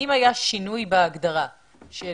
היה שינוי בהגדרה של